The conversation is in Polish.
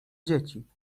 dzieci